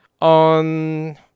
on